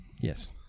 Yes